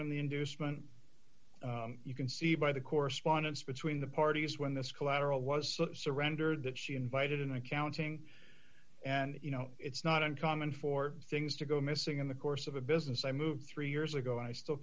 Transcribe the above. in the inducement you can see by the correspondence between the parties when this collateral was surrendered that she invited in accounting and you know it's not uncommon for things to go missing in the course of a business i moved three years ago and i still